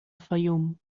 fayoum